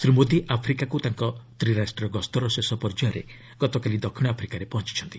ଶ୍ରୀ ମୋଦି ଆଫ୍ରିକାକୁ ତାଙ୍କ ତ୍ରିରାଷ୍ଟ୍ରୀୟ ଗସ୍ତର ଶେଷ ପର୍ଯ୍ୟାୟରେ ଗତକାଲି ଦକ୍ଷିଣ ଆଫ୍ରିକାରେ ପହଞ୍ଚ୍ଚଛନ୍ତି